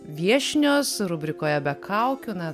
viešnios rubrikoje be kaukių na